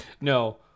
No